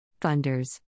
Funders